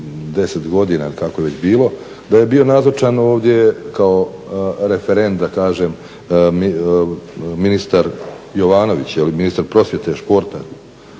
za 10 godina ili kako je već bilo, da je bio nazočan ovdje kao referent da kažem ministar Jovanović, ministar prosvjete i športa.